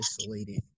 isolated